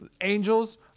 Angels